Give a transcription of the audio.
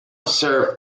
surf